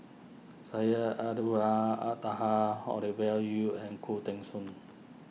Syed Taha Ovidia Yu and Khoo Teng Soon